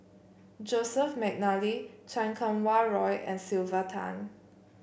Joseph McNally Chan Kum Wah Roy and Sylvia Tan